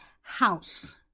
house